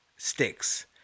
Sticks